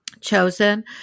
chosen